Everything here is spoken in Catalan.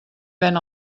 ven